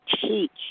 teach